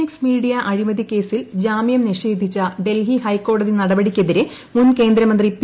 X media അഴിമതി ക്കേസിൽ ജാമ്യം നിഷേധിച്ച ഡൽഹി ഹൈക്കോടതി നടപടിക്കെതിരെ മുൻ കേന്ദ്രമന്ത്രി പി